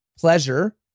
pleasure